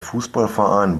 fußballverein